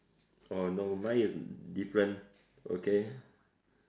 oh no mine is different okay